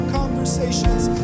conversations